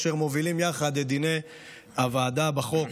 אשר מובילים יחד את דיוני הוועדה בחוק,